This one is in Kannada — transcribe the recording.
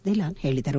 ಧಿಲಾನ್ ಹೇಳಿದರು